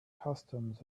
customs